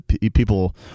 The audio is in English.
People